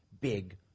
big